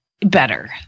better